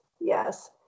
yes